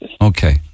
Okay